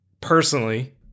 personally